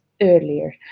earlier